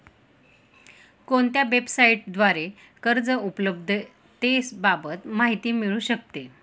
कोणत्या वेबसाईटद्वारे कर्ज उपलब्धतेबाबत माहिती मिळू शकते?